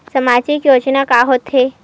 सामाजिक योजना का होथे?